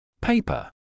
Paper